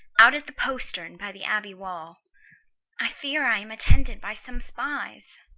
out at the postern by the abbey wall i fear i am attended by some spies.